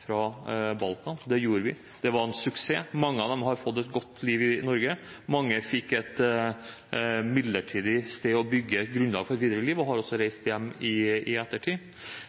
fra Balkan. Det gjorde vi. Det var en suksess. Mange av dem har fått et godt liv i Norge. Mange fikk et midlertidig sted å bygge et grunnlag for et videre liv og har også reist hjem i ettertid.